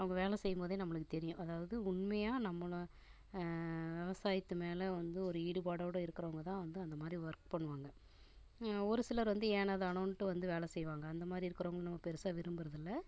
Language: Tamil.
அவங்க வேலை செய்யும் போதே நம்மளுக்கு தெரியும் அதாவது உண்மையாக நம்மள விவசாயத்து மேலே வந்து ஒரு ஈடுபாடோடு இருக்கிறவங்க தான் வந்து அந்த மாதிரி ஒர்க் பண்ணுவாங்க ஒரு சிலர் வந்து ஏனோ தானோன்ட்டு வந்து வேலை செய்வாங்க அந்த மாதிரி இருக்கிறவங்க ரொம்ப பெருசாக விரும்புகிறதில்ல